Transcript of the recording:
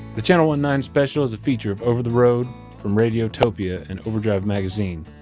the channel one-nine special is a feature of over the road, from radiotopia and overdrive magazine.